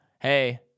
hey